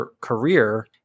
career